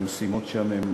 והמשימות שם הן